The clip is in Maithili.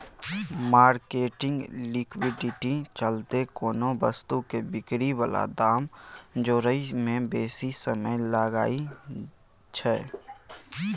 मार्केटिंग लिक्विडिटी चलते कोनो वस्तु के बिक्री बला दाम जोड़य में बेशी समय लागइ छइ